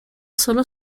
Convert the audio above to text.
solo